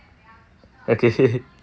okay